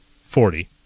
Forty